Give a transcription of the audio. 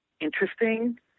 interesting